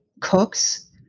cooks